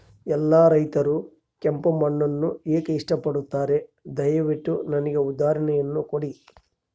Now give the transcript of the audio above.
ಎಲ್ಲಾ ರೈತರು ಕೆಂಪು ಮಣ್ಣನ್ನು ಏಕೆ ಇಷ್ಟಪಡುತ್ತಾರೆ ದಯವಿಟ್ಟು ನನಗೆ ಉದಾಹರಣೆಯನ್ನ ಕೊಡಿ?